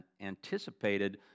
anticipated